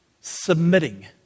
submitting